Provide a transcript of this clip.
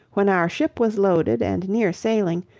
when our ship was loaded, and near sailing,